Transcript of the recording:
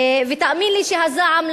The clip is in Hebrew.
תאמין לי שהזעם,